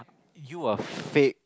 you are fake